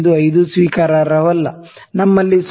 5 ಸ್ವೀಕಾರಾರ್ಹವಲ್ಲ ನಮ್ಮಲ್ಲಿ 0